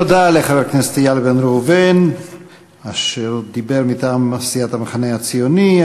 תודה לחבר הכנסת איל בן ראובן אשר דיבר מטעם סיעת המחנה הציוני.